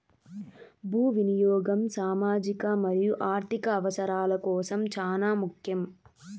భూ వినియాగం సామాజిక మరియు ఆర్ధిక అవసరాల కోసం చానా ముఖ్యం